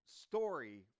story